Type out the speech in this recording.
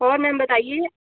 और मैम बताइए